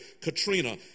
Katrina